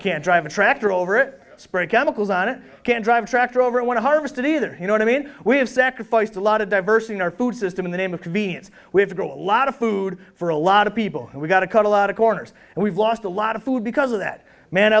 can drive a tractor over it spray chemicals on it can drive a tractor over i want to harvest it either you know i mean we have sacrificed a lot of diversity in our food system in the name of convenience we have to grow a lot of food for a lot of people and we've got to cut a lot of corners and we've lost a lot of food because of that man